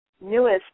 newest